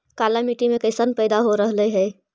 काला मिट्टी मे कैसन पैदा हो रहले है?